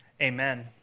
Amen